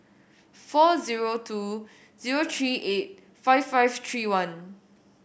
four zero two zero three eight five five three one